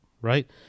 right